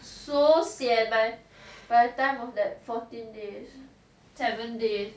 so sian by the time of that fourteen days seven days